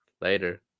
Later